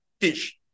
teach